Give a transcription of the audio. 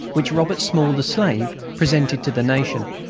which robert small, the slave, presented to the nation.